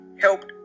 helped